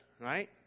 right